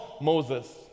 Moses